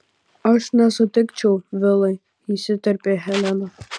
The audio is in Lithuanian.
aš nesutikčiau vilai įsiterpia helena